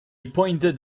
pointed